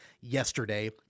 yesterday